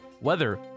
weather